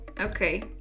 Okay